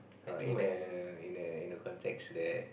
err in a in a in a context that